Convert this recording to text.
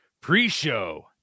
pre-show